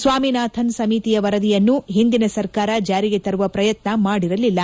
ಸ್ನಾಮಿನಾಥನ್ ಸಮಿತಿಯ ವರದಿಯನ್ನು ಹಿಂದಿನ ಸರ್ಕಾರ ಜಾರಿಗೆ ತರುವ ಪ್ರಯತ್ನ ಮಾಡಿರಲಿಲ್ಲ